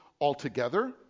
altogether